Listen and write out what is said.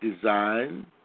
design